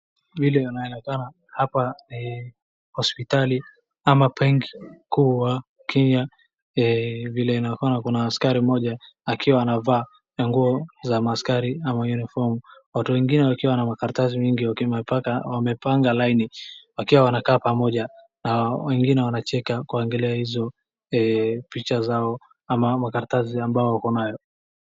Vile inaonekana hapa ni hospitali ama banki kuu ya Kenya, vile inaonekana kuna askari mmoja akiwa anavaa nguo za maaskari ama yunifomu ,watu wengine wakiwa na makaratasi mingi wakiwa wamepanga laini wakiwa wamekaa pamoja na wengine wanacheka kuangalia hizo picha zao ama makaratasi zao wako nayo.